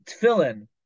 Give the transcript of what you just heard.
tefillin